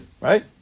Right